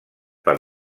per